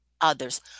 others